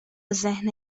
ذهن